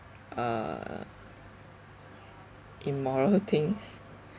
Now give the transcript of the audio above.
uh immoral things